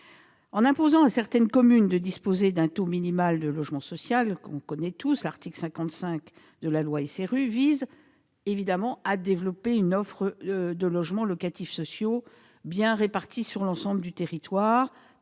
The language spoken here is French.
En imposant à certaines communes de disposer d'un taux minimal de logement social, l'article 55 de la loi SRU vise à développer une offre de logements locatifs sociaux bien répartis sur l'ensemble du territoire,